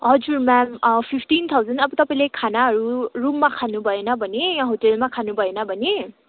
हजुर ma'am fifteen thousand अब तपाईँले खानाहरू रुममा खानुभएन भने यहाँ होटलमा खानुभएन भने